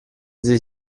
sie